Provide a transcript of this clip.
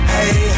Hey